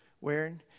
wearing